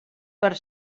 per